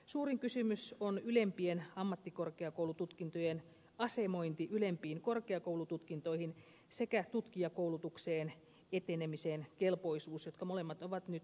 suurin kysymys on ylempien ammattikorkeakoulututkintojen asemointi ylempiin korkeakoulututkintoihin sekä tutkijakoulutukseen etenemisen kelpoisuus jotka molemmat ovat nyt uudessa yliopistolaissa